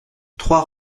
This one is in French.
trois